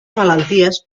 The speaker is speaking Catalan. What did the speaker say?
malalties